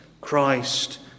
Christ